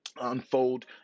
unfold